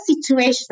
situation